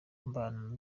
mbana